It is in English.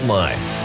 life